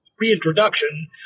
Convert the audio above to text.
reintroduction